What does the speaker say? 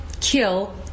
kill